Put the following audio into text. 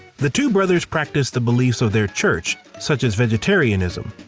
the two brothers practiced the beliefs of their church such as vegetarianism.